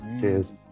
Cheers